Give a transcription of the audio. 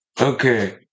Okay